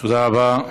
תודה רבה.